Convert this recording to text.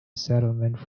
settlement